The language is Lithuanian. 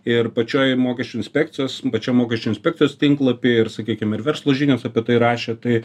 ir pačioj mokesčių inspekcijos pačiam mokesčių inspekcijos tinklapyje ir sakykim ir verslo žinios apie tai rašė tai